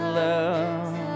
love